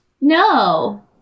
No